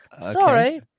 Sorry